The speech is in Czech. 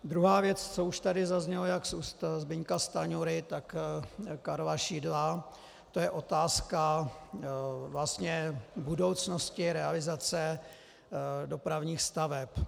Druhá věc, co už tady zaznělo jak z úst Zbyňka Stanjury, tak Karla Šidla, to je otázka vlastně budoucnosti realizace dopravních staveb.